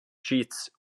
sheets